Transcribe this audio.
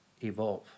evolve